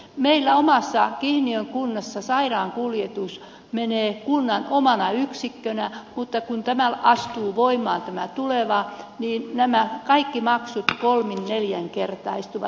meillä omassa kihniön kunnassa sairaankuljetus menee kunnan omana yksikkönä mutta kun tämä tuleva astuu voimaan niin nämä kaikki maksut kolminnelinkertaistuvat